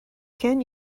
can